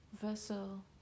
vessel